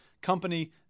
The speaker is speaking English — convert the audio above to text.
company